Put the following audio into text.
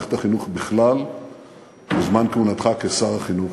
ובמערכת החינוך בכלל בזמן כהונתך כשר החינוך.